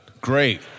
Great